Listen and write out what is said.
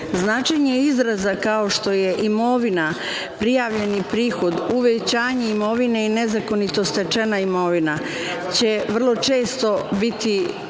zakona. Značenje izraza kao što je imovina, prijavljeni prihod, uvećanje imovine i nezakonito stečena imovina će vrlo često biti